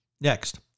Next